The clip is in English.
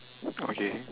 okay